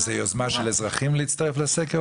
אז זה יוזמה של אזרחים להצטרף לסקר,